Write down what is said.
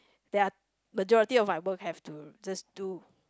they are majority of my both have to is just do